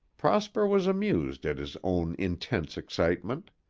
prosper was amused at his own intense excitement.